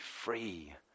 free